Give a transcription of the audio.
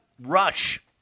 Rush